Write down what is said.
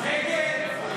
10